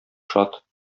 шат